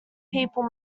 people